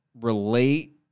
relate